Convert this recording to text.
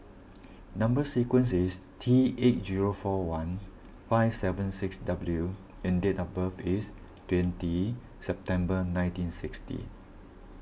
Number Sequence is T eight zero four one five seven six W and date of birth is twenty September nineteen sixty